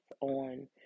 on